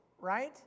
right